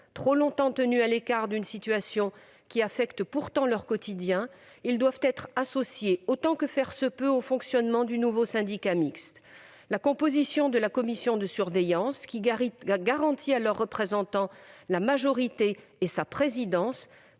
Trop longtemps tenus à l'écart d'une situation qui affecte pourtant leur quotidien, ils doivent être associés, autant que faire se peut, au fonctionnement du nouveau syndicat mixte. La composition de la commission de surveillance garantit à leurs représentants, non seulement